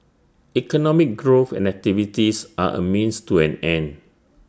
economic growth and activities are A means to an end